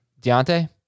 Deontay